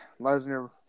Lesnar